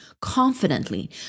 confidently